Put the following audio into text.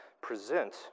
present